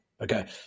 Okay